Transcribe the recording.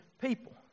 people